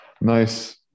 Nice